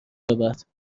یابد